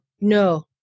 no